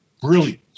brilliant